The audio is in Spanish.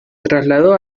trasladó